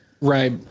Right